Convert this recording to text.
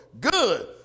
Good